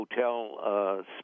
hotel